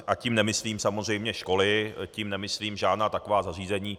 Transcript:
A tím nemyslím samozřejmě školy, tím nemyslím žádná taková zařízení.